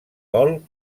gol